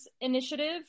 initiative